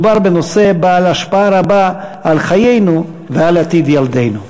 מדובר בנושא בעל השפעה רבה על חיינו ועל עתיד ילדינו.